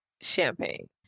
champagne